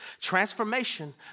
transformation